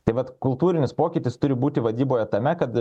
tai vat kultūrinis pokytis turi būti vadyboje tame kad